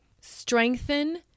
strengthen